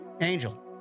Angel